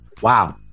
Wow